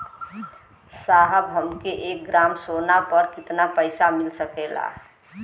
साहब हमके एक ग्रामसोना पर कितना पइसा मिल सकेला?